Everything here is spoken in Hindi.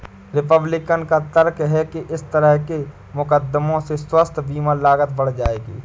रिपब्लिकन का तर्क है कि इस तरह के मुकदमों से स्वास्थ्य बीमा लागत बढ़ जाएगी